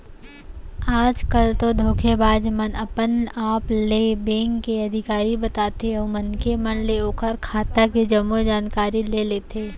आज कल तो धोखेबाज मन अपन आप ल बेंक के अधिकारी बताथे अउ मनखे मन ले ओखर खाता के जम्मो जानकारी ले लेथे